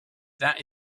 that